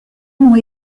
ont